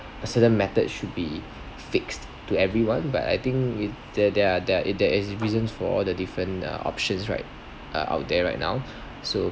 a certain method should be fixed to everyone but I think i~ there there there is reasons for all the different uh options right uh out there right now so